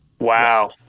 Wow